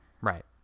Right